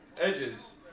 Edges